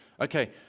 Okay